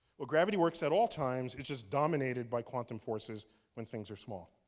well, gravity works at all times, it's just dominated by quantum forces when things are small.